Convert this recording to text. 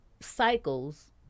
cycles